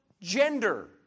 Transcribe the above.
gender